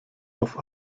auf